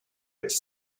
its